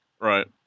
Right